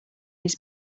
his